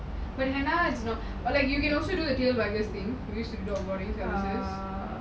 but hannah is not but you also can do the டெய்ல பாக்ஹ்ய:teyal baghya you should know about it